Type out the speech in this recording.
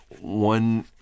one